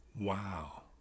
Wow